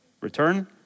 Return